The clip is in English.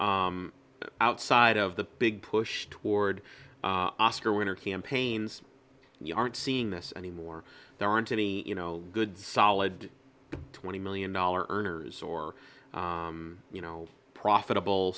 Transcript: already outside of the big push toward oscar winner campaigns you aren't seeing this anymore there aren't any you know good solid twenty million dollar earners or you know profitable